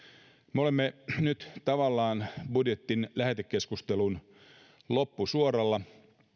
me olemme nyt tavallaan budjetin lähetekeskustelun loppusuoralla